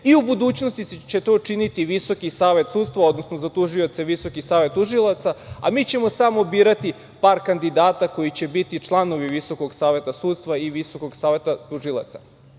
i u budućnosti će to činiti Visoki savet sudstva, odnosno za tužioce Visoki savet tužilaca, a mi ćemo samo birati par kandidata koji će biti članovi Visokog saveta sudstva i Visokog saveta tužilaca. Zaista